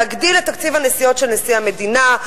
להגדיל את תקציב הנסיעות של נשיא המדינה.